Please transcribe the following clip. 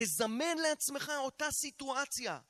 תזמן לעצמך אותה סיטואציה